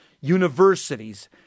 universities